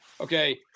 okay